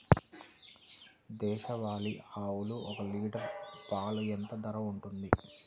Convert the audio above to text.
దేశవాలి ఆవులు ఒక్క లీటర్ పాలు ఎంత ధర ఉంటుంది?